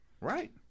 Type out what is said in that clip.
Right